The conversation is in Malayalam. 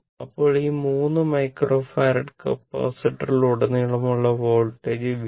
അപ്പോൾ ഈ 3 മൈക്രോഫാരഡ് കപ്പാസിറ്ററിലുടനീളമുള്ള വോൾട്ടേജ് V 4